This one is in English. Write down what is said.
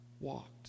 walked